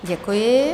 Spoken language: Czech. Děkuji.